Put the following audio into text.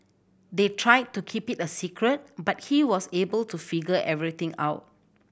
they tried to keep it a secret but he was able to figure everything out